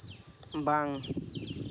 ᱵᱟᱝ